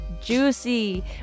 juicy